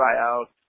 tryout